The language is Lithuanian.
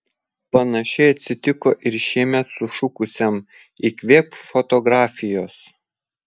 panašiai atsitiko ir šiemet sušukusiam įkvėpk fotografijos